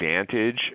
advantage